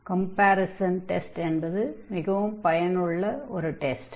comparison test என்பது மிகவும் பயனுள்ள ஒரு டெஸ்ட்